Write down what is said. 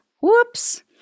Whoops